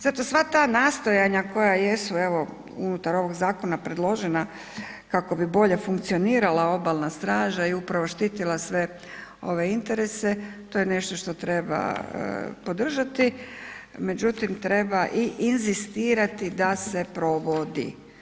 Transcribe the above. Zato sva ta nastojanja koja jesu evo unutar ovog zakona predložena, kako bi bolje funkcionirala obalna straža i upravo štitila sve ove interese, to je nešto što treba podržati, međutim, treba i inzistirati da se provodi.